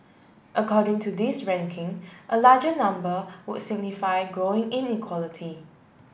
according to this ranking a larger number would signify growing inequality